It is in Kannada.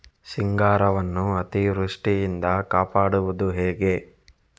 ಸಿಂಗಾರವನ್ನು ಅತೀವೃಷ್ಟಿಯಿಂದ ಕಾಪಾಡುವುದು ಹೇಗೆ?